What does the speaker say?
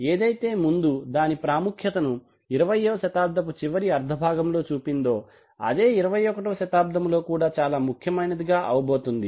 ఏదైతే ముందు దాని ప్రాముఖ్యతను 20 వ శతాబ్దపు చివరి అర్థ భాగములో చూపిందో అదే 21 వ శతాబ్దములో కూడా చాలా ముఖ్యమైందిగా అవబోతుంది